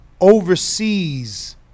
overseas